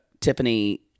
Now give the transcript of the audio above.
Tiffany